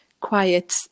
quiet